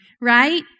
right